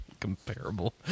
comparable